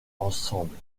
ensemble